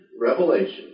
revelation